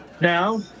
Now